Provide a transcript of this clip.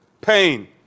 pain